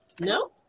No